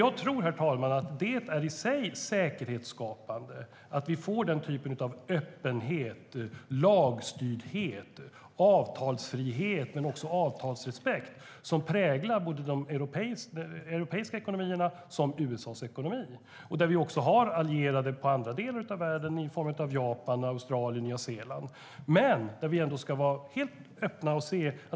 Jag tror att det är i sig säkerhetsskapande att vi får den typen av öppenhet, lagstyrdhet och avtalsfrihet men också avtalsrespekt som präglar såväl de europeiska ekonomierna som USA:s ekonomi. Vi har också allierade i andra delar av världen i form av Japan, Australien och Nya Zeeland. Men vi ska vara helt öppna.